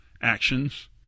actions